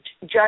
Judge